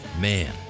Man